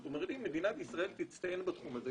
זאת אומרת אם מדינת ישראל תצטיין בתחום הזה,